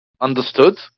understood